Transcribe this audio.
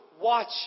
watch